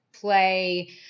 Play